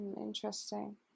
Interesting